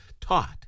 taught